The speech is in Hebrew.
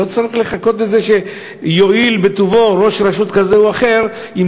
לא צריך לחכות לכך שראש רשות כזה או אחר יואיל בטובו,